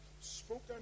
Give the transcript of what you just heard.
spoken